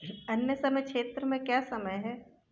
अन्य समय क्षेत्रों में क्या समय है